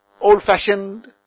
old-fashioned